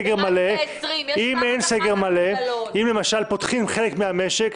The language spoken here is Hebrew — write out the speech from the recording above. אם פותחים חלק מהמשק,